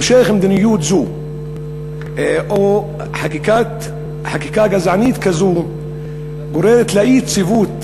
המשך מדיניות זו או חקיקת חקיקה גזענית כזאת גורמת לאי-יציבות